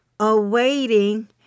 awaiting